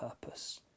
purpose